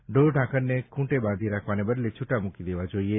ઢોરઢાંખરને ખુંટે બાંધી રાખવાને બદલે છૂટ્ટા મૂકી દેવા જોઇએ